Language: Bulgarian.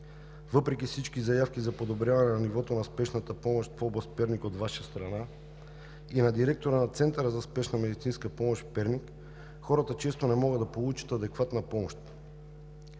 Въпреки всички заявки за подобряване на нивото на спешната помощ от Ваша страна и от директора на Центъра за спешна медицинска помощ в област Перник хората често не могат да получат адекватна помощ.